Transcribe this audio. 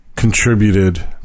Contributed